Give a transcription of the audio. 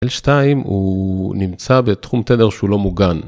L2 הוא נמצא בתחום תדר שהוא לא מוגן.